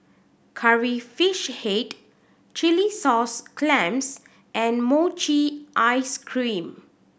Curry Fish Head chilli sauce clams and mochi ice cream